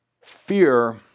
fear